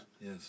yes